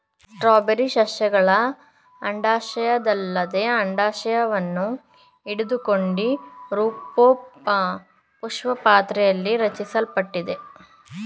strawberry ಸಸ್ಯಗಳ ಅಂಡಾಶಯದಲ್ಲದೆ ಅಂಡಾಶವನ್ನು ಹಿಡಿದುಕೊಂಡಿರೋಪುಷ್ಪಪಾತ್ರೆಲಿ ರಚಿಸಲ್ಪಟ್ಟಿರ್ತದೆ